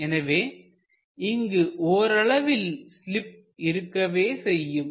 எனவே இங்கு ஓரளவில் ஸ்லீப் இருக்கவே செய்யும்